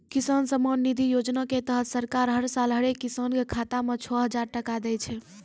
किसान सम्मान निधि योजना के तहत सरकार हर साल हरेक किसान कॅ खाता मॅ छो हजार टका दै छै